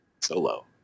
solo